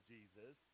Jesus